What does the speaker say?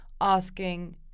asking